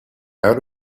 out